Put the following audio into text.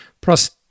plus